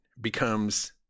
becomes